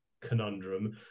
conundrum